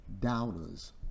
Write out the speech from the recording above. doubters